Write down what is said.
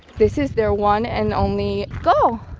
this is their one and only goal.